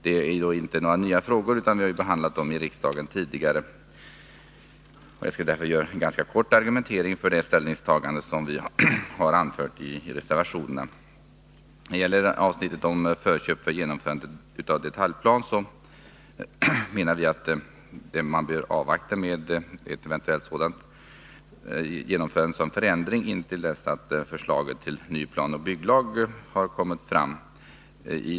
Det är inte några nya frågor, utan vi har behandlat dem i riksdagen tidigare. Jag skall därför anföra en ganska kort argumentering för vårt ställningstagande i reservationerna. När det gäller avsnittet om förköp för genomförande av detaljplan menar vi att man bör avvakta med att eventuellt genomföra en sådan förändring till dess förslaget till ny planoch bygglag har lagts fram.